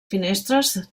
finestres